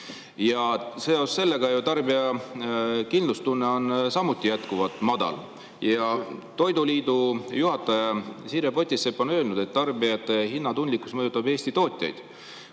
Seoses sellega on ju tarbija kindlustunne samuti jätkuvalt madal. Toiduliidu juhataja Sirje Potisepp on öelnud, et tarbijate hinnatundlikkus mõjutab Eesti tootjaid.